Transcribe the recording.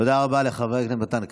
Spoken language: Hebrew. תודה רבה לחבר הכנסת מתן כהנא.